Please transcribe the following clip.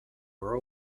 were